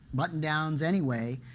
button downs anyway.